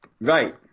right